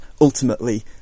ultimately